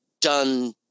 done